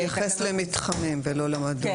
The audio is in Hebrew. בהתייחס למתחמים ולא למדור.